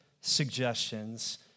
suggestions